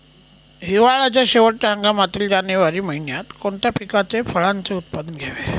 हिवाळ्याच्या शेवटच्या हंगामातील जानेवारी महिन्यात कोणत्या पिकाचे, फळांचे उत्पादन घ्यावे?